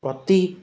ପ୍ରତି